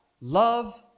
love